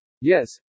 Yes